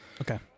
Okay